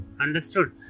Understood